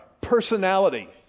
personality